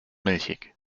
milchig